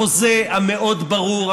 החוזה המאוד-ברור,